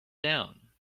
down